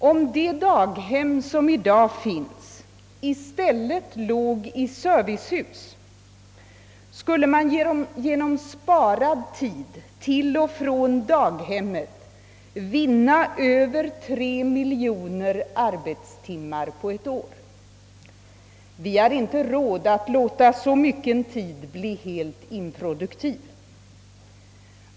Om de daghem vi nu har låge i servicehus skulle vi genom att föräldrarna sluppe resorna till och från daghemmen vinna över 3 miljoner arbetstimmar på ett år. Vi har inte råd att låta så mycken tid bli helt improduktiv.